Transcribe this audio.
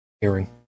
hearing